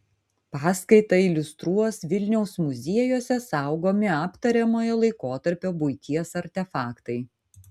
paskaitą iliustruos vilniaus muziejuose saugomi aptariamojo laikotarpio buities artefaktai